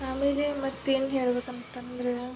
ಆಮೇಲೆ ಮತ್ತೇನು ಹೇಳ್ಬೇಕು ಅಂತಂದ್ರೆ